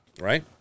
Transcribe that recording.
right